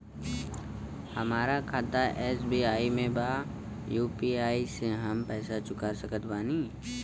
हमारा खाता एस.बी.आई में बा यू.पी.आई से हम पैसा चुका सकत बानी?